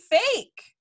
fake